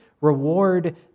reward